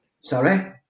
Sorry